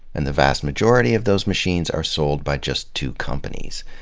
and the vast majority of those machines are sold by just two companies.